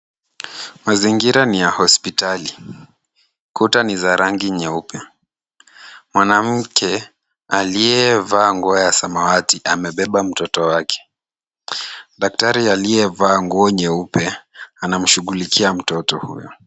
Mazingira ni ya hospitali. Kuta ni za rangi nyeupe. Mwanamke aliyevaa nguo ya samawati amebeba mtoto wake. Daktari aliyevaa nguo nyeupe anamshughulikia mtoto huyo.